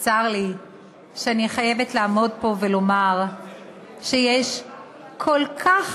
צר לי שאני חייבת לעמוד פה ולומר שיש כל כך